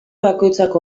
bakoitzak